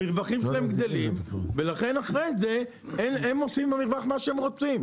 המרווחים שלהן גדלים ואחרי זה הן עושות עם המרווחים מה שהן רוצות.